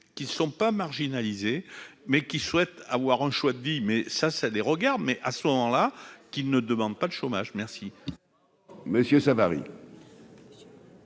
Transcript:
qui ne sont pas marginalisées mais qui souhaitent avoir un choix de vie, mais ça, ça les regarde, mais à ce moment-là, qui ne demandent pas de chômage, merci. Messieurs Savary.